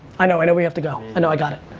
i know and we have to go, i know i got it.